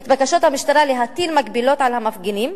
את בקשות המשטרה להטיל הגבלות על המפגינים,